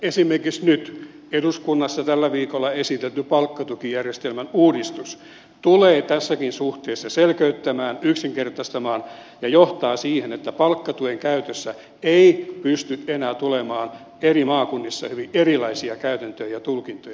esimerkiksi nyt eduskunnassa tällä viikolla esitelty palkkatukijärjestelmän uudistus tulee tässäkin suhteessa selkeyttämään yksinkertaistamaan asiaa ja johtaa siihen että palkkatuen käytössä ei pysty enää tulemaan eri maakunnissa hyvin erilaisia käytäntöjä ja tulkintoja